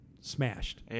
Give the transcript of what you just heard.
smashed